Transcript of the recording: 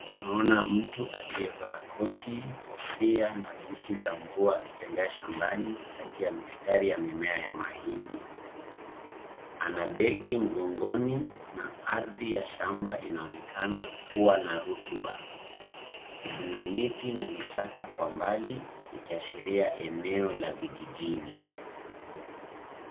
Naona mtu aliyevaa koti, kofia na buti za mvua akitembea shambani kati ya mistari ya mimea ya mahindi. Ana begi mgongoni na ardhi ya shamba inaonekana kuwa na rutuba. Kuna miti na vichaka kwa mbali ikiashiria eneo la vijijini.